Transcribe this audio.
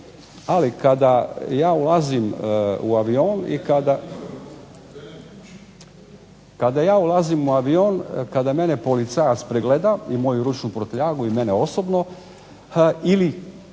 ali kada ja ulazim u avion i kada. Kada ja ulazim u avion, kada mene policajac pregleda i moju ručnu prtljagu i mene osobno ili